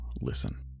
listen